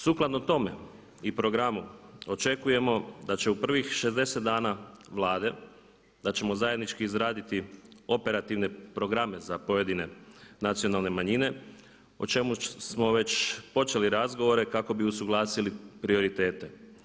Sukladno tome i programu očekujemo da će u prvih 60 dana Vlade, da ćemo zajednički izraditi operativne programe za pojedine nacionalne manjine o čemu smo već počeli razgovore kako bi usuglasili prioritete.